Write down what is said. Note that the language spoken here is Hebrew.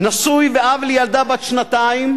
נשוי ואב לילדה בת שנתיים,